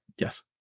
Yes